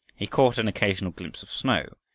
he caught an occasional glimpse of snow,